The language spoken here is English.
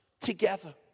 together